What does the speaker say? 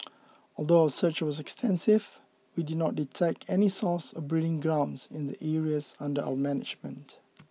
although our search was extensive we did not detect any source or breeding grounds in the areas under our management